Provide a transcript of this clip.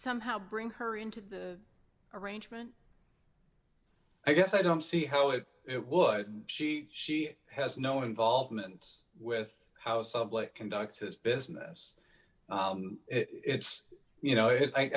somehow bring her into the arrangement i guess i don't see how it would she she has no involvement with how sublet conducts his business it's you know it